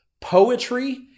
poetry